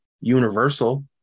Universal